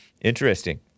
Interesting